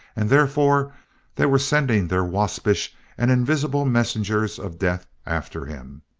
and therefore they were sending their waspish and invisible messengers of death after him.